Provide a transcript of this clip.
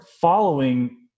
following